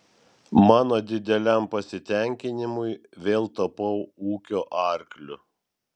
mano dideliam pasitenkinimui vėl tapau ūkio arkliu